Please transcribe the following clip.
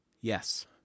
Yes